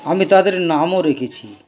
আমি তাদের নামও রেখেছি